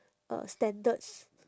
uh standards